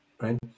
right